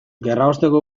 gerraosteko